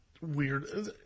weird